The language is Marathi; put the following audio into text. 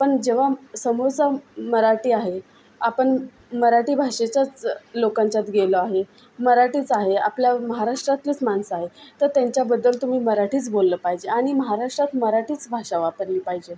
पण जेव्हा समोरचा मराठी आहे आपण मराठी भाषेच्याच लोकांच्यात गेलो आहे मराठीच आहे आपल्या महाराष्ट्रातलीच माणसं आहेत तर त्यांच्याबद्दल तुम्ही मराठीच बोललं पाहिजे आणि महाराष्ट्रात मराठीच भाषा वापरली पाहिजे